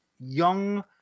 young